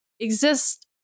exist